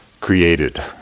created